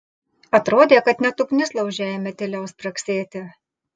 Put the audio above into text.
atrodė kad net ugnis lauže ėmė tyliau spragsėti